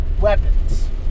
weapons